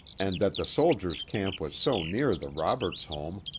and that the soldiers' camp was so near the roberts home,